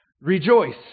rejoice